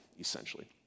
essentially